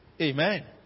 Amen